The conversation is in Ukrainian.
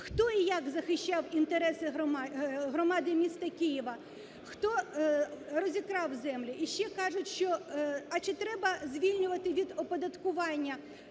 хто і як захищав інтереси громади міста Києва? Хто розікрав землі? І ще кажуть, що, а чи треба звільнювати від оподаткування?